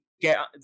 Get